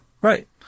right